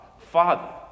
Father